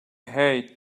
hate